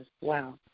Wow